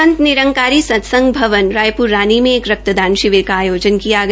संत निरंकारी सत्संग भवन रायप्ररानी में एक रक्तदान शिविर का आयाजन किया गया